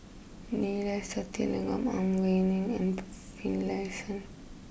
Neila Sathyalingam Ang Wei Neng and Finlayson